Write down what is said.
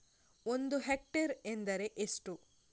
ಒಂದು ಹೆಕ್ಟೇರ್ ಎಂದರೆ ಎಷ್ಟು?